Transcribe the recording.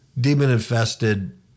demon-infested